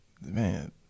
man